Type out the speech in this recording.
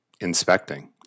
inspecting